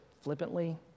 flippantly